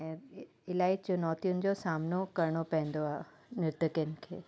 ऐं इलाही चुनौतियुनि जो सामनो करिणो पईंदो आहे नृत्यकियुनि खे